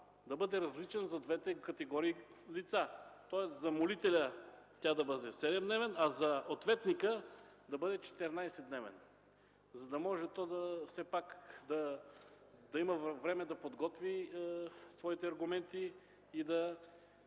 да бъде различен за двете категории лица – тоест за молителя той да бъде 7-дневен, а за ответника да бъде 14-дневен, за да може лицето пак да подготви своите аргументи и да